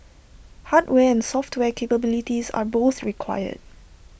hardware and software capabilities are both required